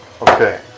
Okay